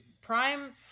prime